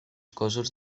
cossos